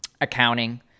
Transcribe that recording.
accounting